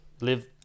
live